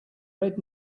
red